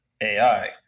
AI